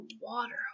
water